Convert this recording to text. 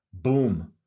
Boom